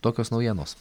tokios naujienos